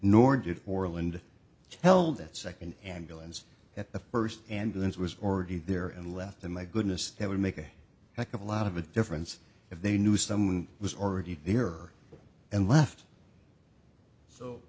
borland tell that second ambulance at the first and this was already there and left the my goodness that would make a heck of a lot of a difference if they knew someone was already there and left so